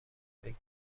فکر